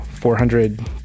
400